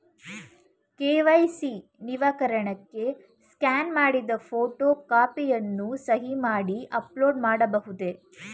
KYC ನವೀಕರಣಕ್ಕೆ scan ಮಾಡಿದ photo ಕಾಪಿಯನ್ನು ಸಹಿ ಮಾಡಿ ಅಪ್ಲೋಡ್ ಮಾಡಬಹುದೇ?